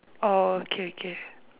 orh K K